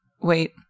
Wait